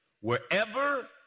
Wherever